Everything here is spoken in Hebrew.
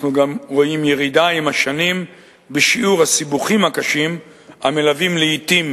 אנחנו גם רואים עם השנים ירידה בשיעור הסיבוכים הקשים המלווים לעתים